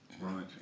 right